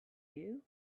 you